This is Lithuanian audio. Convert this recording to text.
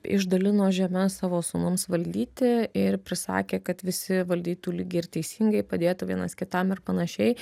išdalino žemes savo sūnums valdyti ir prisakė kad visi valdytų lygiai ir teisingai padėtų vienas kitam ir panašiai